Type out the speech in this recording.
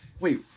wait